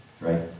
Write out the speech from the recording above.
right